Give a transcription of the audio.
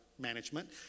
management